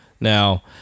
Now